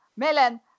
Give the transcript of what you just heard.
Melan